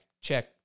check